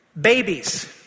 Babies